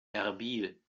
erbil